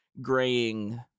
graying